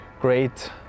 great